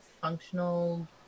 functional